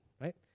right